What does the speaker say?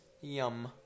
Yum